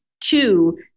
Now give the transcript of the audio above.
two